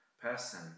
person